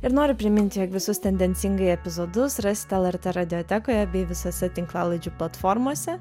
ir noriu priminti jog visus tendencingai epizodus rasite lrt radiotekoje bei visose tinklalaidžių platformose